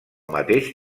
mateix